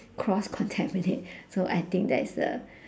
cross contaminate so I think that is a